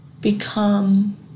become